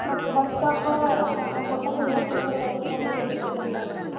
ಮತ್ತೆ bus stop ನಾವು hotel ಇಳಕೊಳ್ತೀವಿ ಅಂದರಲ್ಲ ಅದಕ್ಕೆ ದೂರ ಗೀರ ಏನಾರ ಆಗುತ್ತಾ